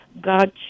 God